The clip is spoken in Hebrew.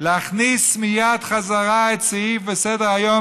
להכניס מייד חזרה את הסעיף בסדר-היום,